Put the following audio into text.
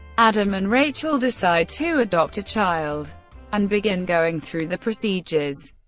adam and rachel decide to adopt a child and begin going through the procedures.